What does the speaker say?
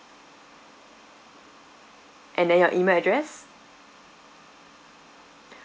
and then your email address